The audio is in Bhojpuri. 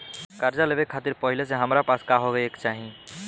कर्जा लेवे खातिर पहिले से हमरा पास का होए के चाही?